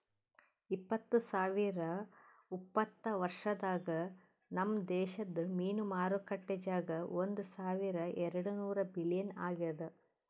ಇಪ್ಪತ್ತು ಸಾವಿರ ಉಪತ್ತ ವರ್ಷದಾಗ್ ನಮ್ ದೇಶದ್ ಮೀನು ಮಾರುಕಟ್ಟೆ ಜಾಗ ಒಂದ್ ಸಾವಿರ ಎರಡು ನೂರ ಬಿಲಿಯನ್ ಆಗ್ಯದ್